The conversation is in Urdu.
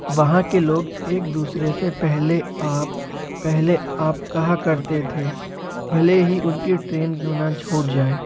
وہاں کے لوگ ایک دوسرے سے پہلے آپ پہلے آپ کہا کرتے تھے بھلے ہی ان کی ٹرین کیوں نہ چھوٹ جائے